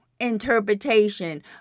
interpretation